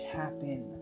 happen